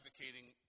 advocating